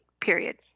period